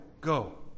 go